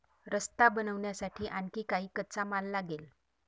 रस्ता बनवण्यासाठी आणखी काही कच्चा माल लागेल